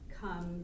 come